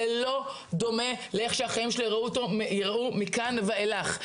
זה לא דומה לאופן שבו החיים שלו ייראו מכאן ואילך.